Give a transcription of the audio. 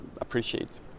appreciate